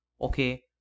Okay